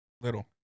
Little